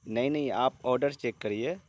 نہیں نہیں آپ آڈرس چیک کریے